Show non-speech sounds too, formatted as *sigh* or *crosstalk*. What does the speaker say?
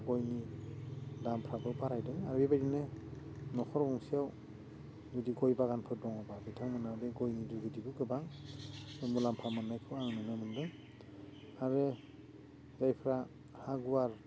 आरो गयनि दामफ्राबो बारायदों आरो बिबायदिनो नख'र गंसेयाव जुदि गय बागानफोर दङबा बिथांमोनहा बे गयनि *unintelligible* गोबां मुलाम्फा मोननायखौ आं नुनो मोनदों आरो जायफ्रा हा गुवार